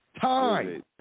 Time